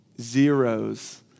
zeros